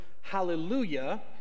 Hallelujah